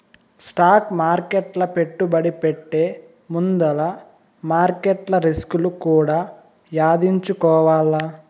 stock మార్కెట్ల పెట్టుబడి పెట్టే ముందుల మార్కెట్ల రిస్కులు కూడా యాదించుకోవాల్ల